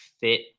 fit